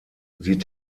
sie